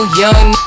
young